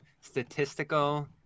statistical